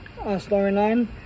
storyline